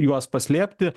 juos paslėpti